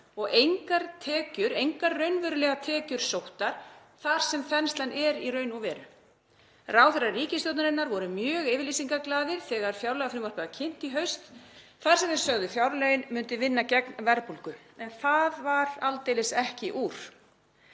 og engar raunverulegar tekjur sóttar þar sem þenslan er í raun og veru. Ráðherrar ríkisstjórnarinnar voru mjög yfirlýsingaglaðir þegar fjárlagafrumvarpið var kynnt í haust þar sem þeir sögðu að fjárlögin myndu vinna gegn verðbólgu, en það varð aldeilis ekki úr.